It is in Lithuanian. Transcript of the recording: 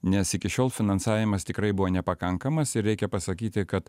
nes iki šiol finansavimas tikrai buvo nepakankamas ir reikia pasakyti kad